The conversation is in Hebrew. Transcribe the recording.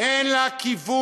כי אני מכיר את חלק